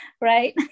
right